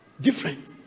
Different